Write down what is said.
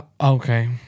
Okay